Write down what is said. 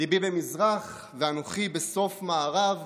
"ליבי במזרח ואנוכי בסוף מערב /